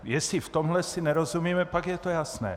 Jestli v tomhle si nerozumíme, pak je to jasné.